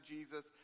Jesus